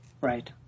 Right